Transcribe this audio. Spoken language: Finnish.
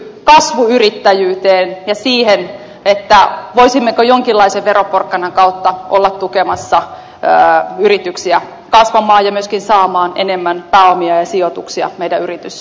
toinen liittyy kasvuyrittäjyyteen ja siihen voisimmeko jonkinlaisen veroporkkanan kautta olla tukemassa yrityksiä kasvamaan ja myöskin saamaan enemmän pääomia ja sijoituksia yrityssektorille